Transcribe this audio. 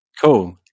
Cool